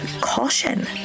caution